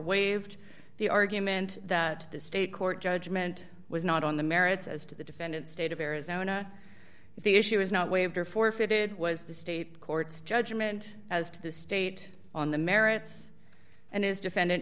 waived the argument that the state court judgment was not on the merits as to the defendant's state of arizona if the issue was not waived or forfeited was the state courts judgment as to the state on the merits and his defendant